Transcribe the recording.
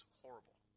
horrible